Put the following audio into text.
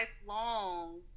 lifelong